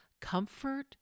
comfort